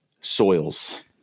soils